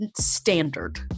standard